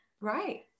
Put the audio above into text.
right